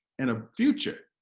and a future!